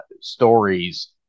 stories